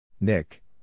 Nick